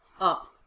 Up